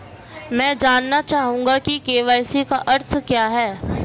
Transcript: मैं जानना चाहूंगा कि के.वाई.सी का अर्थ क्या है?